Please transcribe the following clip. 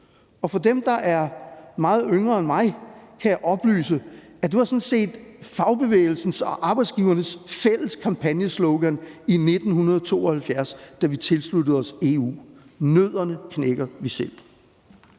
Og for dem, der er meget yngre end mig, kan jeg oplyse, at det sådan set var fagbevægelsens og arbejdsgivernes fælles kampagneslogan i 1972, da vi tilsluttede os EU: Nødderne knækker vi selv.